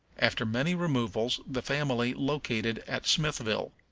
after many removals the family located at smithville.